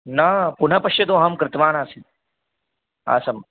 न पुनः पश्यतु अहं कृतवानासीत् आसं